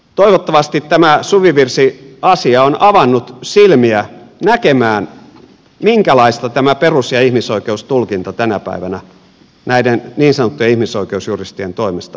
toivottavasti tämä suvivirsiasia on avannut silmiä näkemään minkälaista tämä perus ja ihmisoikeustulkinta tänä päivänä näiden niin sanottujen ihmisoikeusjuristien toimesta on